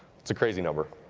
that's a crazy number.